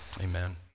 Amen